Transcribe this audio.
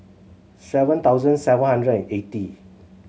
seven thousand seven hundred and eighty